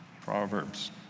Proverbs